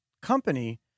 company